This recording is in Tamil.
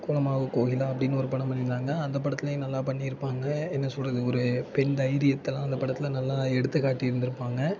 கோலமாவு கோகிலா அப்படின்னு ஒரு படம் பண்ணியிருந்தாங்க அந்த படத்திலையும் நல்லா பண்ணியிருப்பாங்க என்ன சொல்கிறது ஒரு பெண் தைரியத்தெலாம் அந்த படத்தில் நல்லா எடுத்து காட்டியிருந்துருப்பாங்க